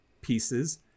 pieces